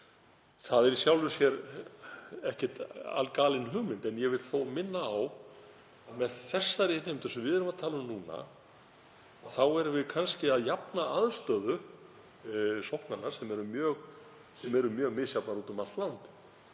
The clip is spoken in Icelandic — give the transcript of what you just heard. er í sjálfu sér ekkert algalin hugmynd. En ég vil þó minna á með þeirri innheimtu sem við erum að tala um núna erum við kannski að jafna aðstöðu sóknanna sem eru mjög misjafnar úti um allt land.